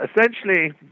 Essentially